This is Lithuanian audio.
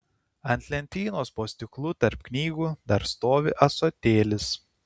ant lentynos po stiklu tarp knygų dar stovi ąsotėlis